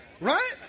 Right